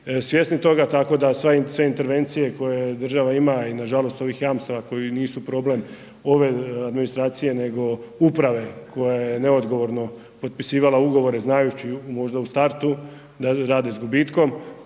svjesni toga tako da sve intervencije koje država ima i nažalost ovih jamstava koji nisu problem ove administracije nego uprave koja je neodgovorno potpisivala ugovore znajući možda u startu da rade s gubitkom